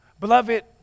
Beloved